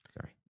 Sorry